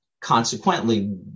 consequently